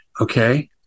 Okay